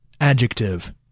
Adjective